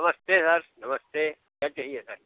नमस्ते सर नमस्ते क्या चाहिए सर